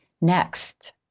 Next